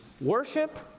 Worship